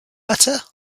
butter